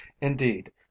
Indeed